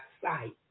sight